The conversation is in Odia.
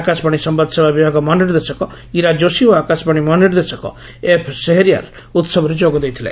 ଆକାଶବାଣୀ ସମ୍ଭାଦସେବା ବିଭାଗ ମହାନିର୍ଦ୍ଦେଶକ ଇରା ଯୋଶୀ ଓ ଆକାଶବାଣୀ ମହାନିର୍ଦ୍ଦେଶକ ଏଫ୍ ଶେହରିୟାର୍ ଉହବରେ ଯୋଗ ଦେଇଥିଲେ